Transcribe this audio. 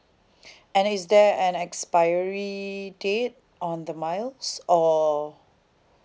and is there an expiry date on the miles